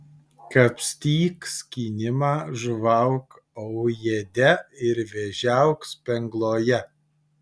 kapstyk skynimą žuvauk aujėde ir vėžiauk spengloje